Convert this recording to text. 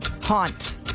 Haunt